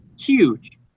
huge